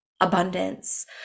abundance